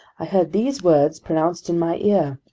i heard these words pronounced in my ear